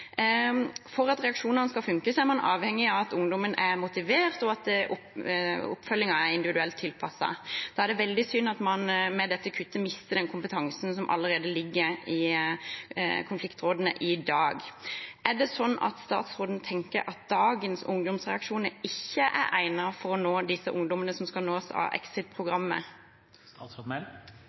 For at reaksjonene skal funke, er man avhengig av at ungdommen er motivert, og at oppfølgingen er individuelt tilpasset. Da er det veldig synd at man med dette kuttet mister den kompetansen som allerede ligger i konfliktrådene i dag. Er det sånn at statsråden tenker at dagens ungdomsreaksjoner ikke er egnet for å nå disse ungdommene som skal nås av